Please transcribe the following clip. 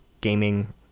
gaming